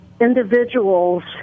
individuals